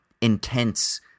intense